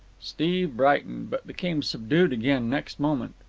steve brightened, but became subdued again next moment.